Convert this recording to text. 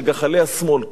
קורא לאינתיפאדה שלישית.